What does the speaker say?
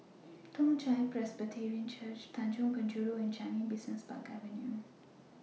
Toong Chai Presbyterian Church Tanjong Penjuru and Changi Business Park Avenue